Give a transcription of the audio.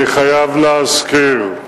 אני חייב להזכיר,